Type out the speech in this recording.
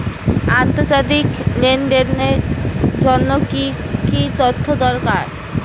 আন্তর্জাতিক লেনদেনের জন্য কি কি তথ্য দরকার?